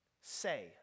say